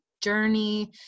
journey